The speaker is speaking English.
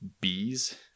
Bees